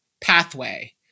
pathway